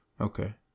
Okay